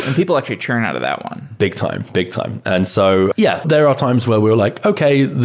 people actually churn out of that one. big time. big time. and so yeah, there are times where we are like, okay.